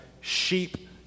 sheep